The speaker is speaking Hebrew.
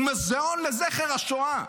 הוא מוזיאון לזכר השואה.